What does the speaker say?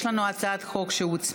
יש לנו הצעת חוק שהוצמדה.